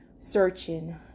searching